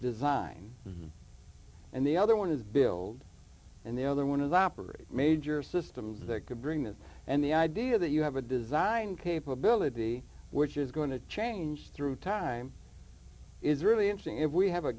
design and the other one is build and the other one of operating major systems that could bring that and the idea that you have a design capability which is going to change through time is really interesting if we have a